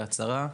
בהצהרה.